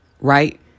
right